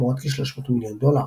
תמורת כ-300 מיליון דולר.